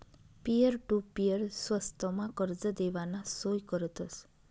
peer to peer स्वस्तमा कर्ज देवाना सोय करतस